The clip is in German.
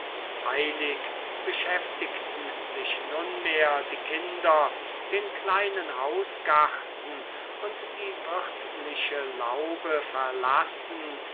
eilig beschäftigten sich nunmehr die kinder den kleinen hausgarten und die wirtliche laube verlassend